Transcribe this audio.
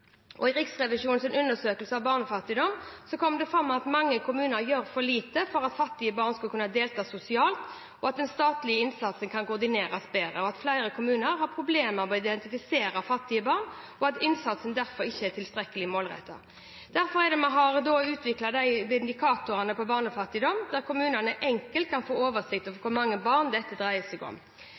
I Riksrevisjonens undersøkelse om barnefattigdom kom det fram at mange kommuner gjør for lite for at fattige barn skal kunne delta sosialt, at den statlige innsatsen kan koordineres bedre, at flere kommuner har problemer med å identifisere fattige barn, og at innsatsen derfor ikke er tilstrekkelig målrettet. Derfor har vi utviklet indikatorer på barnefattigdom der kommunene enkelt kan få oversikt over hvor mange barn dette dreier seg om.